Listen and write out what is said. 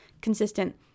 consistent